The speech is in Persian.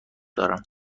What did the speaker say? دارم